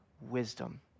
wisdom